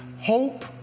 Hope